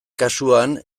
kasuan